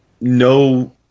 no